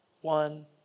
one